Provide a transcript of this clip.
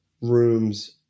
rooms